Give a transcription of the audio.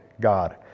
God